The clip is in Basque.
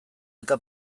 eta